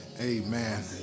Amen